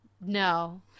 No